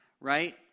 right